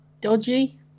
dodgy